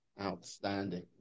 Outstanding